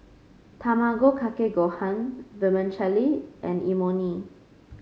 Tamago Kake Gohan Vermicelli and Imoni